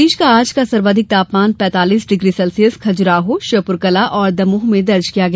प्रदेश का आज का सर्वाधिक तापमान पैतालीस डिग्री सेल्सियस खजुराहो श्योपुरकला और दमोह में दर्ज किया गया